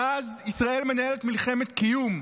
מאז ישראל מנהלת מלחמת קיום.